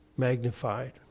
Magnified